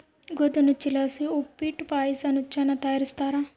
ಗೋದಿ ನುಚ್ಚಕ್ಕಿಲಾಸಿ ಉಪ್ಪಿಟ್ಟು ಪಾಯಸ ನುಚ್ಚನ್ನ ತಯಾರಿಸ್ತಾರ